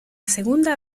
segunda